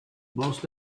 most